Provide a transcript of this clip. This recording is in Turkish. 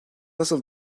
nasıl